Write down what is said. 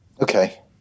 Okay